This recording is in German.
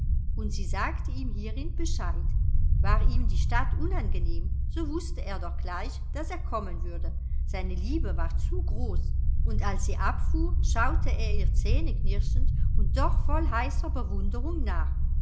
und sie sagte ihm hierin bescheid war ihm die stadt unangenehm so wußte er doch gleich daß er kommen würde seine liebe war zu groß und als sie abfuhr schaute er ihr zähneknirschend und doch voll heißer bewunderung nach